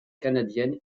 canadienne